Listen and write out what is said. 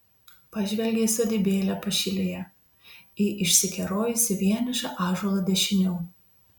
pažvelgė į sodybėlę pašilėje į išsikerojusį vienišą ąžuolą dešiniau